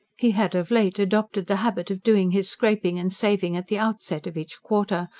he had of late adopted the habit of doing his scraping and saving at the outset of each quarter,